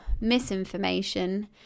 misinformation